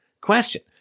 question